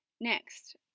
Next